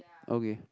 okay